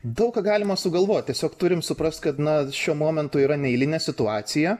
daug ką galima sugalvoti tiesiog turim suprast kad na šiuo momentu yra neeilinė situacija